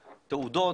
תעודות,